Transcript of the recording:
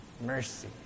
Mercy